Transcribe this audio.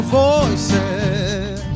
voices